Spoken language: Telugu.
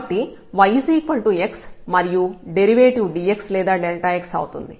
కాబట్టి yx మరియు డెరివేటివ్ dx లేదా x అవుతుంది